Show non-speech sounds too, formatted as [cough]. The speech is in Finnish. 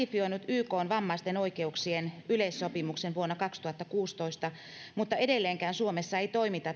ykn vammaisten oikeuksien yleissopimuksen vuonna kaksituhattakuusitoista mutta edelleenkään suomessa ei toimita [unintelligible]